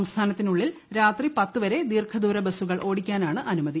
സംസ്ഥാനത്തിനുള്ളിൽ രാത്രി പത്തുവരെ ദീർഘദൂര ബസുകൾ ഓടിക്കാനാണ് അനുമതി